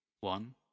one